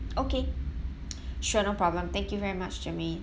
okay sure no problem thank you very much germaine